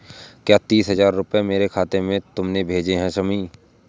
क्या तीस हजार रूपए मेरे खाते में तुमने भेजे है शमी?